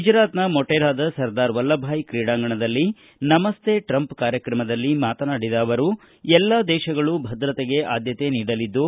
ಗುಜರಾತ್ನ ಮೊಟೆರಾದ ಸರ್ದಾರ ವಲ್ಲಭಭಾಯ್ ಕ್ರೀಡಾಂಗಣದಲ್ಲಿ ನಮಸ್ತೆ ಟ್ರಂಪ್ ಕಾರ್ಯಕ್ರಮದಲ್ಲಿ ಮಾತನಾಡಿದ ಅವರು ಎಲ್ಲಾ ದೇಶಗಳು ಭದ್ರತೆಗೆ ಆದ್ಯತೆ ನೀಡಲಿದ್ದು